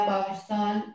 Pakistan